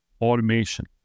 automation